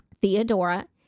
Theodora